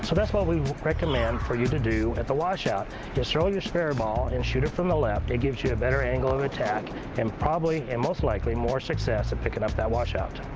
so that's what we recommend for you to do at the washout is throw your spare ball and shoot it from the left. it gives you a better angle of attack and probably, and most likely more success at picking up that washout.